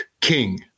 King